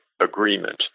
Agreement